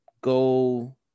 go